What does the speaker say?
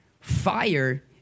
Fire